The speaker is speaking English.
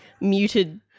muted